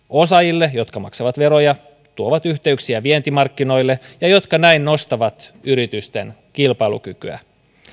osaajille jotka maksavat veroja tuovat yhteyksiä vientimarkkinoille ja jotka näin nostavat yritysten kilpailukykyä